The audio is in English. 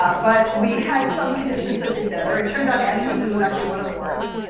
but we had some conditions that did better. it turned out ad choices was actually one of the worst.